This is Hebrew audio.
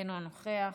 אינו נוכח,